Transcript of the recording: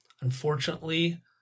unfortunately